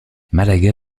malaga